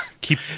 keep